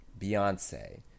Beyonce